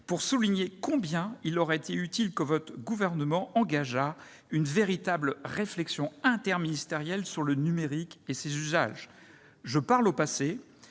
pour souligner combien il aurait été utile que votre gouvernement engageât une véritable réflexion interministérielle sur le numérique et ses usages. Je parle au passé,